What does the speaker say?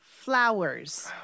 flowers